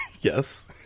Yes